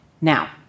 Now